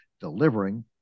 delivering